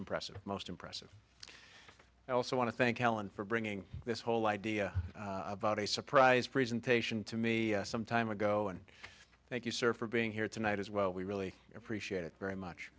impressive most impressive i also want to thank allen for bringing this whole idea about a surprise presentation to me some time ago and thank you sir for being here tonight as well we really appreciate it very much